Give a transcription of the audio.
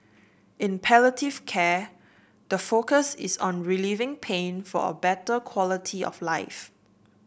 in palliative care the focus is on relieving pain for a better quality of life